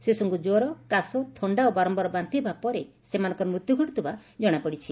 ଶିଶୁଙ୍କୁ କ୍ୱର କାଶ ଥଣ୍ତା ଓ ବାରମ୍ୟାର ବାନ୍ତି ହେବା ପରେ ସେମାନଙ୍କର ମୃତ୍ୟୁ ଘଟୁଥିବା ଜଶାପଡିଛି